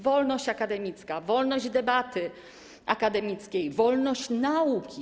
Wolność akademicka, wolność debaty akademickiej, wolność nauki.